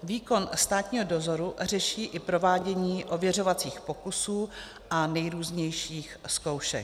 Výkon státního dozoru řeší i provádění ověřovacích pokusů a nejrůznějších zkoušek.